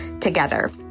together